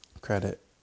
credit